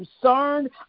concerned